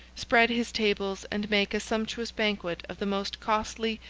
spread his tables, and make a sumptuous banquet of the most costly,